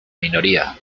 minoría